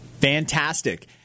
Fantastic